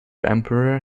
emperor